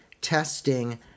testing